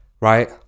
right